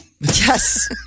Yes